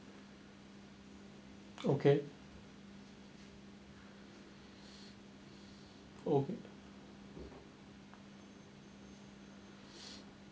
okay okay